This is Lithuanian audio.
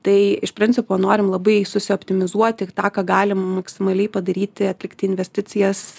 tai iš principo norim labai susioptimizuoti tą ką galim maksimaliai padaryti atlikti investicijas